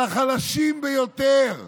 על החלשים ביותר.